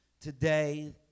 today